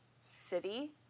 city